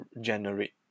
generate